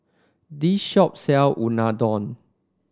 this shop sells Unadon